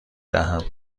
دهم